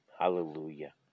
Hallelujah